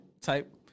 type